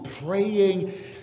praying